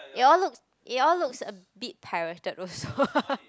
they all look they all look a bit pirated